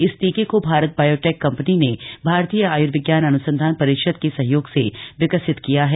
इस टीके को भारत बायोटेक कम्पनी ने भारतीय आय्र्विज्ञान अन्संधान परिषद के सहयोग से विकसित किया है